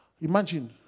imagine